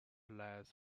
lies